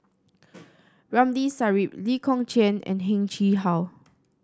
Ramli Sarip Lee Kong Chian and Heng Chee How